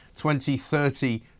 2030